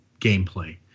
gameplay